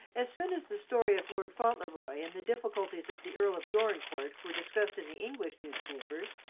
as soon as the story of lord fauntleroy and the difficulties of the earl of dorincourt were discussed in the english newspapers,